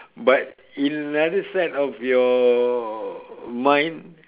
but in another side of your mind